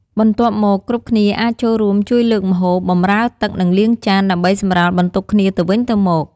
បន្ទាប់មក គ្រប់គ្នាអាចចូលរួមជួយលើកម្ហូប បម្រើទឹក និងលាងចាន ដើម្បីសម្រាលបន្ទុកគ្នាទៅវិញទៅមក។